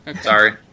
Sorry